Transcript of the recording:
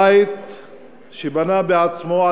אזרח מדינת ישראל שגר בבית שבנה בעצמו,